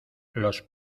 los